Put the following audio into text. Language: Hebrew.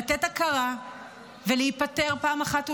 לתת הכרה ולהיפטר אחת ולתמיד,